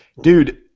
Dude